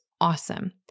awesome